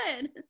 good